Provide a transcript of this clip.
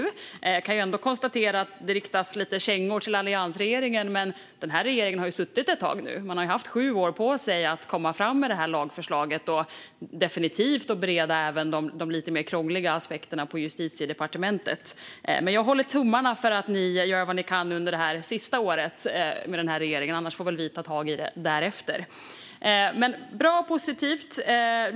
Jag kan konstatera att det riktas lite kängor mot alliansregeringen, men den här regeringen har ju suttit ett tag nu. Man har haft sju år på sig att komma fram med detta lagförslag och hade definitivt hunnit bereda även de lite mer krångliga aspekterna på Justitiedepartementet. Jag håller dock tummarna för att ni gör vad ni kan under det här sista året med denna regering. Annars får väl vi ta tag i det därefter. Men detta var bra och positivt.